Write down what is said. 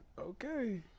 Okay